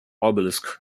obelisk